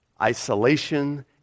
isolation